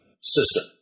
system